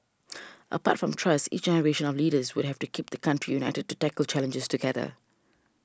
apart from trusts each generation of leaders would have to keep the country united to tackle challenges together